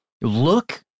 Look